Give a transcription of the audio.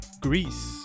Greece